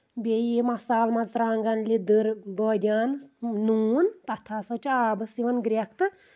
بیٚیہِ یہِ مسالہٕ مژٕرٛوانٛگَن لیدٕر بٲدیانہٕ نوٗن تَتھ ہَسا چھُ آبَس یِوان گریٚکھ تہٕ